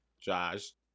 Josh